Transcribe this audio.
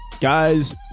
Guys